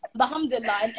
alhamdulillah